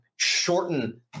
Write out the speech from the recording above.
shorten